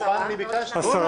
ידו.